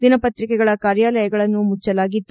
ದಿನಪತ್ರಿಕೆಗಳ ಕಾರ್ಯಾಲಯಗಳನ್ನು ಮುಚ್ಚಲಾಗಿತ್ತು